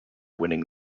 winning